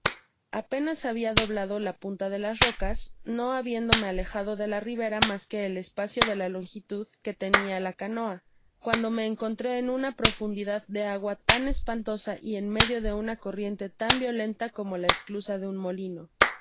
apenas habia doblado las puntas de las rocas no habiéndome alejado de la ribera mas que el espacio de la longitud que tenia la canoa cuando me encontré en una profundidad de agua tan espantosa y en medio de una corriente tan violenta como la esclusa de un molino